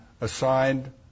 assigned